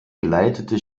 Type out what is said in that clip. geleitete